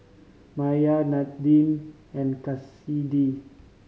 Maiya Nadine and Kassidy